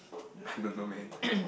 I don't know man